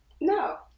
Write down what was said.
No